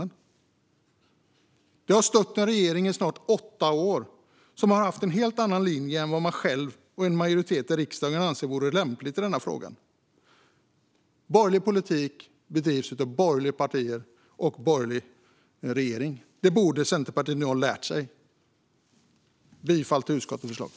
Partiet har stött en regering som i snart åtta år har haft en helt annan linje än partiet självt och en majoritet i riksdagen anser vore lämpligt i frågan. Borgerlig politik bedrivs av borgerliga partier och en borgerlig regering. Det borde Centerpartiet ha lärt sig. Jag yrkar bifall till utskottets förslag.